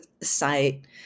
site